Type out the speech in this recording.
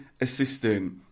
assistant